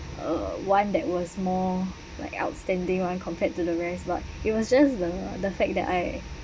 uh one that was more like outstanding [one] compared to the rest but it was just the fact that I